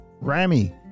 Rami